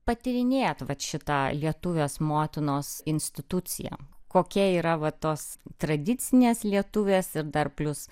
patyrinėt vat šita lietuvės motinos instituciją kokia yra va tos tradicinės lietuvės ir dar plius